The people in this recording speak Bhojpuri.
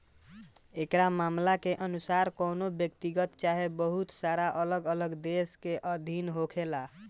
एकरा मामला के अनुसार कवनो व्यक्तिगत चाहे बहुत सारा अलग अलग देश के अधीन होखेला